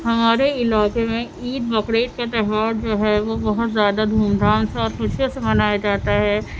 ہمارے علاقے میں عید بقرعید کا تہوار جو ہے وہ بہت زیادھ دھوم دھام سے اور خوشیوں سے منایا جاتا ہے